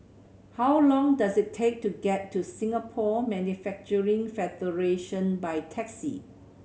how long does it take to get to Singapore Manufacturing Federation by taxi